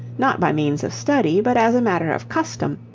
not by means of study but as a matter of custom,